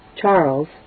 Charles